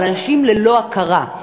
על אנשים ללא הכרה.